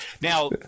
Now